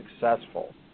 successful